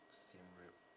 siem reap